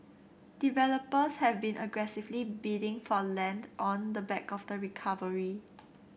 developers have been aggressively bidding for land on the back of the recovery